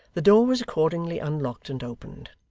the door was accordingly unlocked and opened.